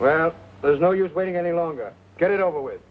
well there's no use waiting any longer get it over with